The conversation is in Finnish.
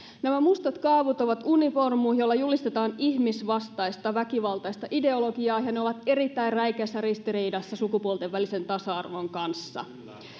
nämä mustat kaavut ovat univormuja joilla julistetaan ihmisvastaista väkivaltaista ideologiaa ja ne ovat erittäin räikeässä ristiriidassa sukupuolten välisen tasa arvon kanssa